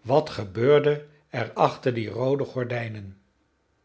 wat gebeurde er achter die roode gordijnen